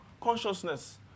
consciousness